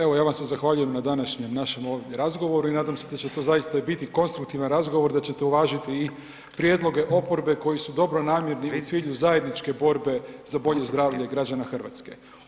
Evo ja vam se zahvaljujem na današnjem našem ovdje razgovoru i nadam se da će to zaista i biti konstruktivan razgovor, da ćete uvažiti i prijedloge oporbe koji su dobronamjerni i u cilju zajedničke borbe za bolje zdravlje građana RH.